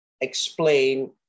Explain